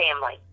family